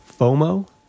FOMO